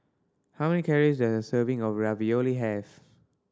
how many calories does a serving of Ravioli have